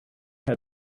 had